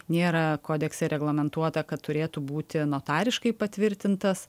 nėra kodekse reglamentuota kad turėtų būti notariškai patvirtintas